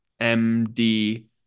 MD